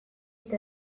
eta